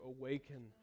awaken